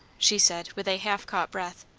she said with a half-caught breath.